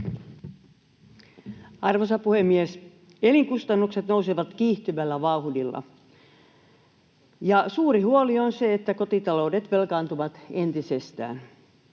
Arvoisa puhemies! Elinkustannukset nousevat kiihtyvällä vauhdilla, ja on suuri huoli siitä, että kotitaloudet velkaantuvat entisestään.